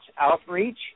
Outreach